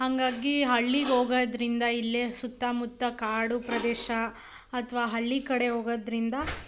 ಹಾಗಾಗಿ ಹಳ್ಳಿಗೆ ಹೋಗೋದ್ರಿಂದ ಇಲ್ಲೇ ಸುತ್ತಮುತ್ತ ಕಾಡು ಪ್ರದೇಶ ಅಥವಾ ಹಳ್ಳಿ ಕಡೆ ಹೋಗೋದ್ರಿಂದ